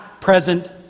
present